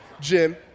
Jim